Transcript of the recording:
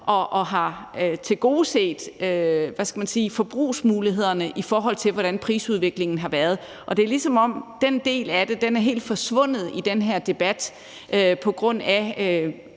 man sige, forbrugsmulighederne, i forhold til hvordan prisudviklingen har været. Det er, ligesom om den del af det helt er forsvundet i den her debat, på grund af